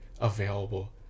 available